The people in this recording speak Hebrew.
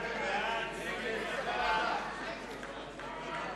רע"ם-תע"ל וקבוצת סיעת